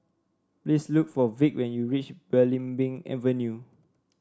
please look for Vic when you reach Belimbing Avenue